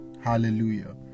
Hallelujah